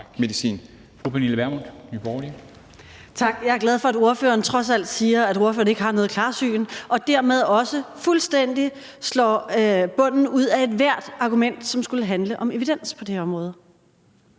Tak. Jeg er glad for, at ordføreren trods alt siger, at ordføreren ikke har noget klarsyn og dermed også fuldstændig slår bunden ud af ethvert argument, som skulle handle om evidens på det her område.